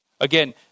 Again